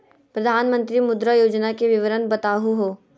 प्रधानमंत्री मुद्रा योजना के विवरण बताहु हो?